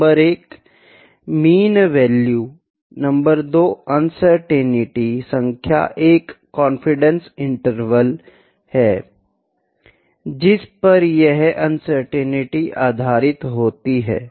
number 1 mean value number 2 uncertainty संख्या एक confidence interval है जिस पर यह अनसर्टेनिटी आधारित होती है